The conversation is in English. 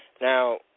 Now